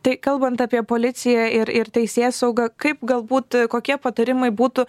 tai kalbant apie policiją ir ir teisėsaugą kaip galbūt kokie patarimai būtų